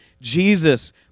Jesus